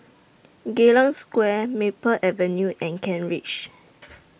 Geylang Square Maple Avenue and Kent Ridge